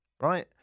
right